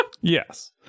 yes